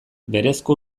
berezko